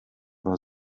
war